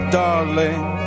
darling